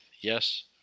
yes